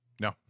No